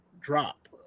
drop